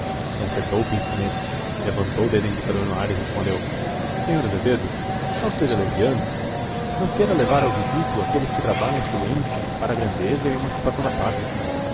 concentrou o pince-nez levantou o dedo indicador no ar e respondeu senhor azevedo não seja leviano não queira levar ao ridículo aqueles que trabalham em silêncio para a grandeza e a emancipação da pátria